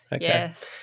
Yes